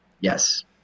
Yes